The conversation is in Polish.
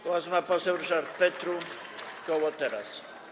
Głos ma poseł Ryszard Petru, koło Teraz!